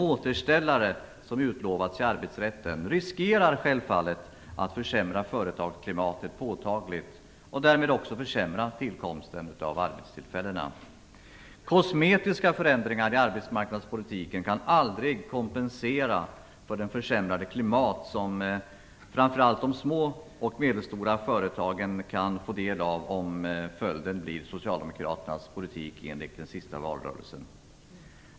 "återställare" som utlovats i arbetsrätten, riskerar självfallet att försämra företagsklimatet påtagligt och därmed också försämra tillkomsten av nya arbetstillfällen. Kosmetiska förändringar i arbetsmarknadspolitiken kan aldrig kompensera för det försämrade klimatet för framför allt de små och medelstora företagen som ju blir följden av den socialdemokratiska politiken. Herr talman!